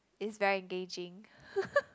is very engaging